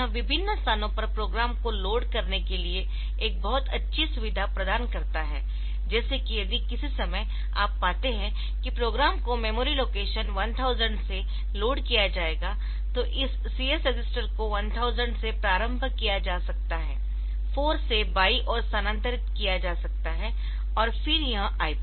तो यह विभिन्न स्थानों पर प्रोग्राम को लोड करने के लिए एक बहुत अच्छी सुविधा प्रदान करता है जैसे कि यदि किसी समय आप पाते है कि प्रोग्राम को मेमोरी लोकेशन 1000 से लोड किया जाएगा तो इस CS रजिस्टर को 1000 से प्रारंभ किया जा सकता है 4 से बाई ओर स्थानांतरित किया जा सकता है और फिर यह IP